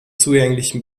zugänglichen